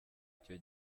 icyo